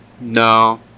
No